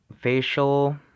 facial